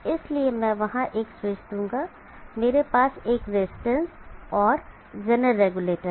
इसलिए मैं वहां एक स्विच दूंगा मेरे पास एक रजिस्टेंस और जेनर रेगुलेटर है